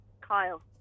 Kyle